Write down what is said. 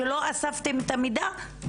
שלא אספתם את המידע,